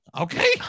okay